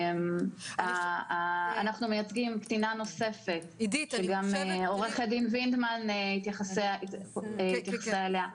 אנחנו מייצגים קטינה נוספת שגם עורכת דין וינדמן התייחסה אליה.